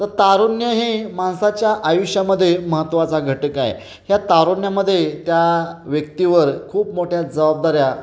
तर तारुण्य हे माणसाच्या आयुष्यामध्ये महत्वाचा घटक आहे ह्या तारुण्यामध्ये त्या व्यक्तीवर खूप मोठ्या जबाबदाऱ्या